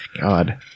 God